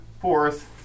Fourth